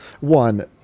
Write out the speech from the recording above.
one